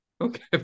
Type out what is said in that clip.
Okay